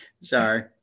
sorry